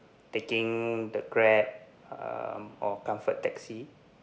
taking the grab uh or comfort taxi